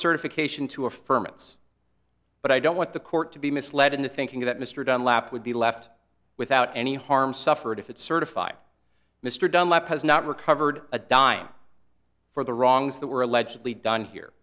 certification to affirm ns but i don't want the court to be misled into thinking that mr dunlap would be left without any harm suffered if it's certified mr dunlap has not recovered a dime for the wrongs that were allegedly done here